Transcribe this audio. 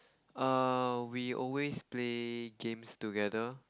err we always play games together